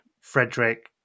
Frederick